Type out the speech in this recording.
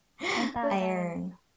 iron